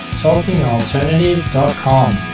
talkingalternative.com